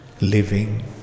living